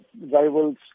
rivals